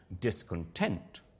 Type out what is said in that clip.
discontent